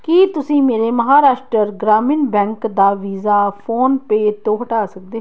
ਕੀ ਤੁਸੀਂਂ ਮੇਰੇ ਮਹਾਰਾਸ਼ਟਰ ਗ੍ਰਾਮੀਣ ਬੈਂਕ ਦਾ ਵੀਜ਼ਾ ਫੋਨਪੇਅ ਤੋਂ ਹਟਾ ਸਕਦੇ